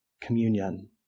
communion